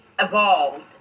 evolved